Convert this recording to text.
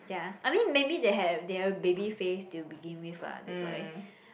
ya I mean maybe they have they have baby face to begin with lah that's why